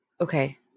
Okay